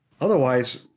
Otherwise